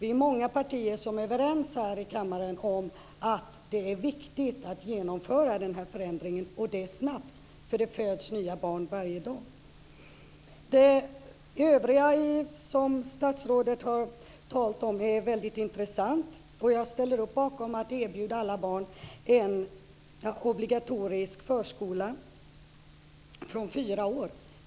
Det är många partier i kammaren som är överens om att det är viktigt att genomföra denna förändring, och det snabbt, eftersom det föds nya barn varje dag. Det övriga som statsrådet talade om är väldigt intressant. Jag ställer mig bakom detta att erbjuda alla barn en obligatorisk förskola från fyra års ålder.